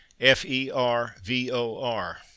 f-e-r-v-o-r